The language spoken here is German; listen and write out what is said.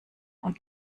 und